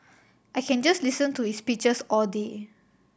I can just listen to his speeches all day